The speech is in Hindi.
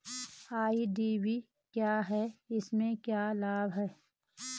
आई.डी.वी क्या है इसमें क्या लाभ है?